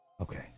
Okay